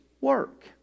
work